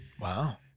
Wow